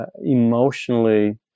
emotionally